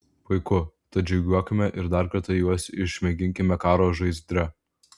puiku tad žygiuokime ir dar kartą juos išmėginkime karo žaizdre